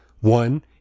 One